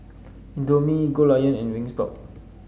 Indomie Goldlion and Wingstop